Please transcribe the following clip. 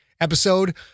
episode